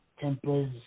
Tempers